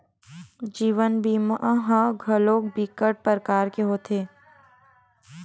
जीवन बीमा ह घलोक बिकट परकार के होथे